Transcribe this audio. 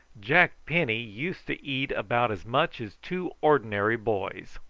jack penny used to eat about as much as two ordinary boys.